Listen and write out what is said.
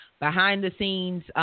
behind-the-scenes